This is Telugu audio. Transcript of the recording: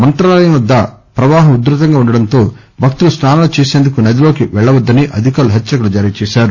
మంత్రాలయం వద్ద ప్రవాహం ఉదృతంగా ఉండడంతో భక్తులు స్పానాలు చేసేందుకు నదిలోకి పెళ్ళవద్దని అధికారులు హెచ్చరికలు జారీ చేశారు